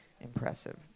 impressive